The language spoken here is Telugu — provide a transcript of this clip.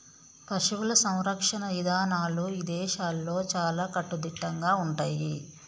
పశువుల సంరక్షణ ఇదానాలు ఇదేశాల్లో చాలా కట్టుదిట్టంగా ఉంటయ్యి